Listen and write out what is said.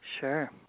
Sure